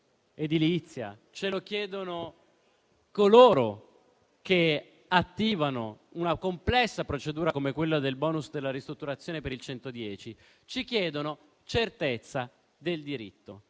edilizie e coloro che attivano una complessa procedura come quella del bonus della ristrutturazione per il 110. Ci chiedono certezza del diritto,